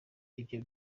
ibyo